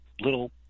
little